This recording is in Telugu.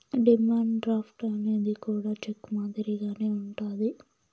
డిమాండ్ డ్రాఫ్ట్ అనేది కూడా చెక్ మాదిరిగానే ఉంటది